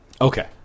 Okay